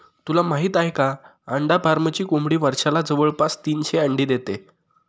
तुला माहित आहे का? अंडा फार्मची कोंबडी वर्षाला जवळपास तीनशे अंडी देते